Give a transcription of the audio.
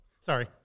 Sorry